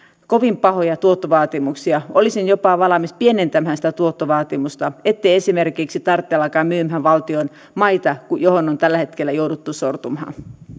kovin pahoja tuottovaatimuksia olisin jopa valmis pienentämään sitä tuottovaatimusta ettei esimerkiksi tarvitse alkaa myymään valtion maita mihin on tällä hetkellä jouduttu sortumaan